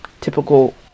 typical